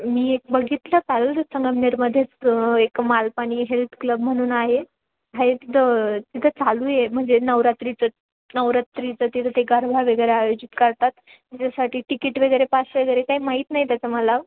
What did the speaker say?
मी एक बघितलं काल संगमनेरमध्येच एक मालपाणी हेल्थ क्लब म्हणून आहे आहे तिथं तिथं चालू आहे म्हणजे नवरात्रीचं नवरात्रीचं तिथं ते गरबा वगैरे आयोजित करतात त्याच्यासाठी तिकीट वगैरे पास वगैरे काही माहीत नाही त्याचां मला